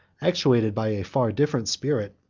actuated by a far different spirit,